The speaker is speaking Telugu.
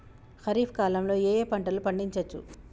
ఖరీఫ్ కాలంలో ఏ ఏ పంటలు పండించచ్చు?